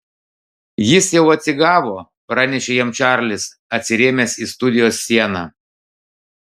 jis jau atsigavo pranešė jam čarlis atsirėmęs į studijos sieną